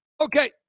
Okay